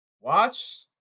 Watch